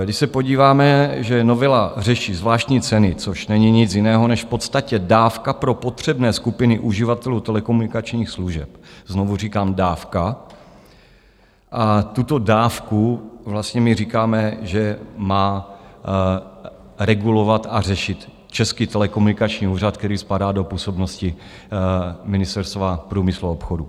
Když se podíváme, že novela řeší zvláštní ceny, což není nic jiného než v podstatě dávka pro potřebné skupiny uživatelů telekomunikačních služeb znovu říkám, dávka a tuto dávku vlastně my říkáme, že má regulovat a řešit Český telekomunikační úřad, který spadá do působnosti Ministerstva průmyslu a obchodu.